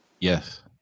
Yes